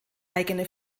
eigene